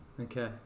Okay